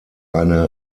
eine